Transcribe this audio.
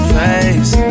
face